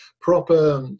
proper